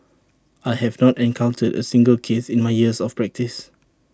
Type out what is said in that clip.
I have not encountered A single case in my years of practice